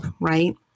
right